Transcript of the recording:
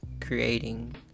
creating